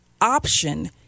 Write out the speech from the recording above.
option